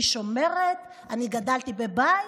אני שומרת, אני גדלתי בבית,